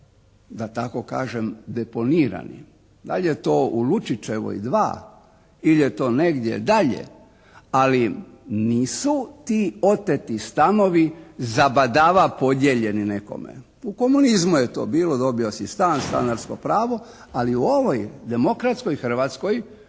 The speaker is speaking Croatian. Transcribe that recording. da tako kažem deponirani. Da li je to u Lučičevoj 2 ili je to negdje dalje, ali nisu ti oteti stanovi zabadava podijeljeni nekome. U komunizmu je to bilo, dobio si stan, stanarsko pravo, ali u ovoj demokratskoj Hrvatskoj